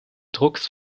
drucks